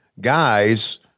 guys